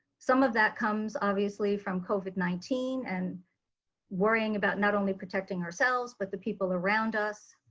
some of that comes obviously from covid nineteen and worrying about not only protecting ourselves but the people around us.